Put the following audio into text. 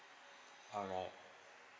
alright